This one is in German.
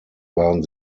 waren